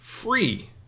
Free